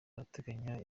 barateganya